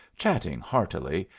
chatting heartily,